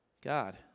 God